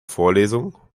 vorlesung